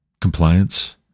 compliance